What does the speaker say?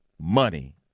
money